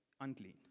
unclean